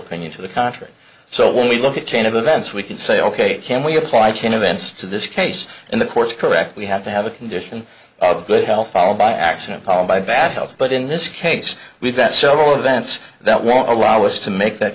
opinion to the contrary so when we look at chain of events we can say ok can we apply to events to this case in the course correct we have to have a condition of good health followed by accident powered by bad health but in this case we've got several events that won't allow us to make that